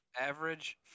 average